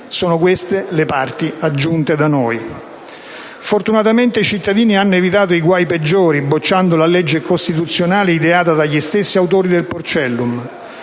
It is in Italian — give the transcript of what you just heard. Sono queste le parti aggiunte da noi. Fortunatamente i cittadini hanno evitato i guai peggiori bocciando la legge costituzionale ideata dagli stessi autori del "porcellum".